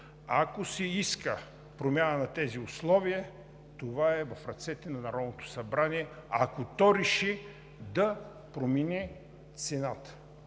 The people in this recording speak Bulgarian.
Ако се иска промяна на тези условия, това е в ръцете на Народното събрание, ако то реши да промени цената.